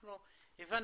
הבנו.